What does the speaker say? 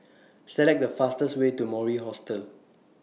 Select The fastest Way to Mori Hostel